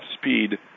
speed